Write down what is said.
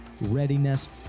Readiness